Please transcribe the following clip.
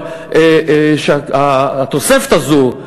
אבל שהתוספת הזו,